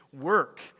work